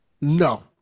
No